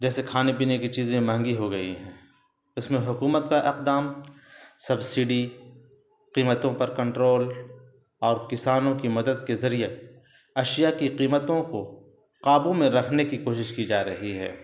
جیسے کھانے پینے کی چیزیں مہنگی ہو گئی ہیں اس میں حکومت کا اقدام سبسڈی قیمتوں پر کنٹرول اور کسانوں کی مدد کے ذریعہ اشیاء کی قیمتوں کو قابو میں رکھنے کی کوشش کی جا رہی ہے